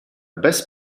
bez